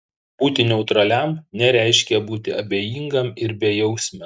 būti neutraliam nereiškia būti abejingam ir bejausmiam